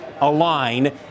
align